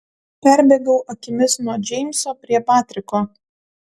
perbėgau akimis nuo džeimso prie patriko